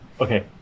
okay